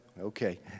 okay